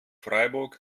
freiburg